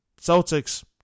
Celtics